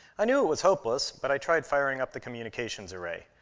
i knew it was hopeless, but i tried firing up the communications array.